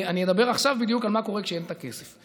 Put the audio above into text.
אני אדבר עכשיו בדיוק על מה שקורה כשאין את הכסף.